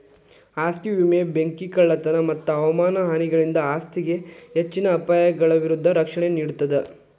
ಆಸ್ತಿ ವಿಮೆ ಬೆಂಕಿ ಕಳ್ಳತನ ಮತ್ತ ಹವಾಮಾನ ಹಾನಿಗಳಿಂದ ಆಸ್ತಿಗೆ ಹೆಚ್ಚಿನ ಅಪಾಯಗಳ ವಿರುದ್ಧ ರಕ್ಷಣೆ ನೇಡ್ತದ